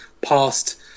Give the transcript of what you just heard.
past